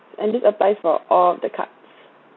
and this applies for all the cards